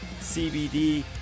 CBD